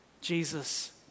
Jesus